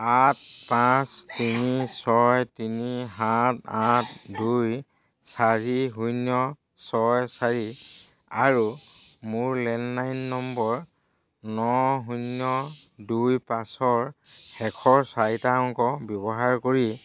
আঠ পাঁচ তিনি ছয় তিনি সাত আঠ দুই চাৰি শূন্য ছয় চাৰি আৰু মোৰ লেণ্ডলাইন নম্বৰ ন শূন্য দুই পাঁচৰ শেষৰ চাৰিটা অংক ব্যৱহাৰ কৰি